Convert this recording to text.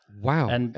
Wow